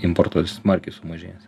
importo smarkiai sumažėjęs